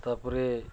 ତା'ପରେ